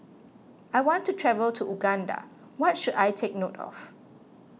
I want to travel to Uganda what should I take note of